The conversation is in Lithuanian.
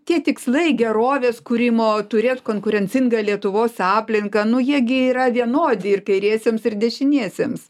tie tikslai gerovės kūrimo turėt konkurencingą lietuvos aplinką nu jie gi yra vienodi ir kairiesiems ir dešiniesiems